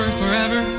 forever